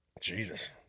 Jesus